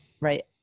right